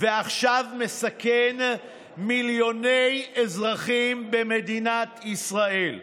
ועכשיו מסכן מיליוני אזרחים במדינת ישראל.